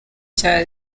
cya